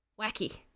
wacky